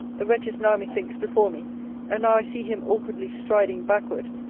the wretch is now, methinks, before me and now i see him awkwardly striding backward,